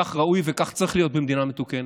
כך ראוי וכך צריך להיות במדינה מתוקנת,